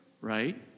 right